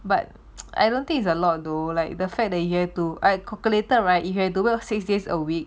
but I don't think it's a lot though like the fact you have to I calculated right if you have to work six days a week